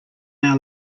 our